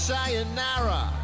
Sayonara